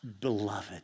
beloved